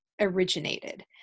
originated